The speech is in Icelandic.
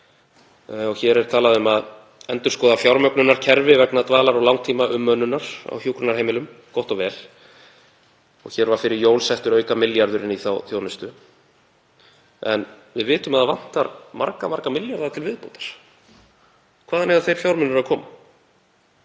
Hér er talað um að endurskoða fjármögnunarkerfi vegna dvalar og langtímaumönnunar á hjúkrunarheimilum, gott og vel, og hér var fyrir jól settur auka milljarður í þá þjónustu. En við vitum að það vantar marga milljarða til viðbótar. Hvaðan eiga þeir fjármunir að koma?